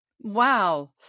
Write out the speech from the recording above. Wow